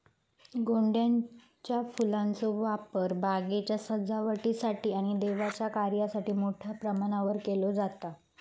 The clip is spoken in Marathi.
गोंड्याच्या फुलांचो वापर बागेच्या सजावटीसाठी आणि देवाच्या कार्यासाठी मोठ्या प्रमाणावर केलो जाता